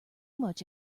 much